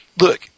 look